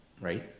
right